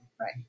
Right